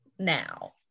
now